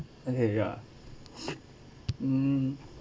okay ya mm